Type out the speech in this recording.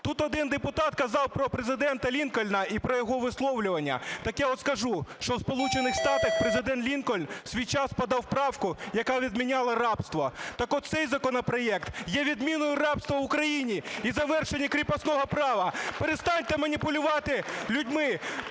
Тут один депутат казав про Президента Лінкольна і про його висловлювання. Так я от скажу, що в Сполучених Штатах Президент Лінкольн в свій час подав правку, яка відміняла рабство. Так от цей законопроект є відміною рабства в Україні і завершення кріпосного права. Перестаньте маніпулювати людьми,